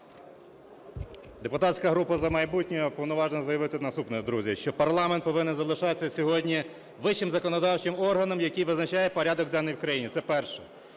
Депутатська група "За майбутнє" уповноважена заявити наступне, друзі, що парламент повинен залишатися сьогодні вищим законодавчим органом, який визначає порядок денний в країні. Це перше.